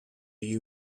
you